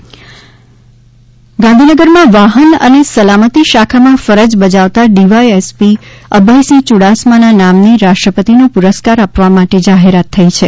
police એવાડં ગાંધીનગરમાં વાહન અને સલામતિ શાખામાં ફરજ બજાવતા ડીવાય એસપી અભય સિંહ યુડાસમાના નામની રાષ્ટ્રપતિનો પુરસ્કાર આપવા માટે જાહેરાત થઇ છે